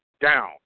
down